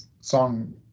song